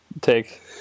take